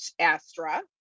Astra